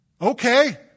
Okay